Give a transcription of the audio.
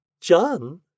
John